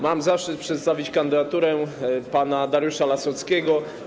Mam zaszczyt przedstawić kandydaturę pana Dariusza Lasockiego.